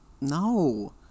no